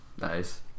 Nice